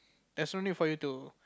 there's no need for you to